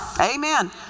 Amen